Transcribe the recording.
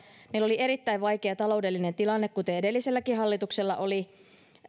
meillä oli erittäin vaikea taloudellinen tilanne kuten edelliselläkin hallituksella oli